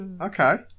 Okay